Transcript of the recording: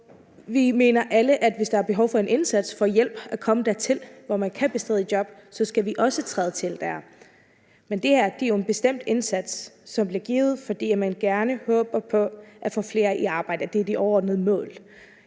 vi mener alle, at hvis der er behov for en indsats og for hjælp til at komme frem til, at man kan bestride et job, så skal vi også træde til der. Men det her er jo en bestemt indsats, som bliver givet, fordi man håber på at få flere i arbejde. Det er det overordnede mål.